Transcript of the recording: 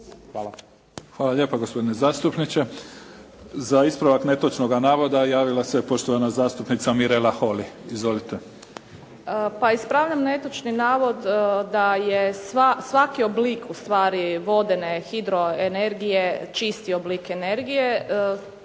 (SDP)** Hvala lijepa gospodine zastupniče. Za ispravak netočnoga navoda javila se poštovana zastupnica Mirela Holy. Izvolite. **Holy, Mirela (SDP)** Pa ispravljam netočni navod da je svaki obli u stvari vodene hidro energije čisti oblik energije.